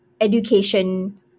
education